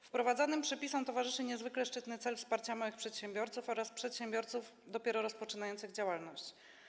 Wprowadzanym przepisom towarzyszy niezwykle szczytny cel wsparcia małych przedsiębiorców oraz przedsiębiorców dopiero rozpoczynających działalność.